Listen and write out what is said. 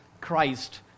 Christ